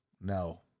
No